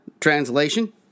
translation